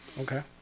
Okay